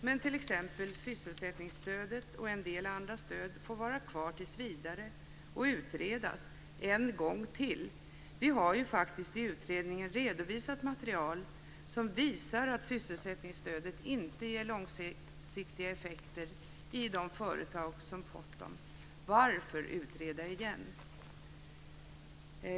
Men t.ex. sysselsättningsstödet och en del andra stöd får vara kvar tills vidare och ska utredas - en gång till! Vi har ju faktiskt i utredningen redovisat material som visar att sysselsättningsstödet inte ger långsiktiga effekter i de företag som har fått det. Varför utreda igen?